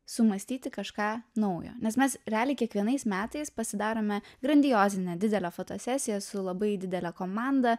sumąstyti kažką naujo nes mes realiai kiekvienais metais pasidarome grandiozinę didelę fotosesiją su labai didele komanda